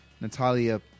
Natalia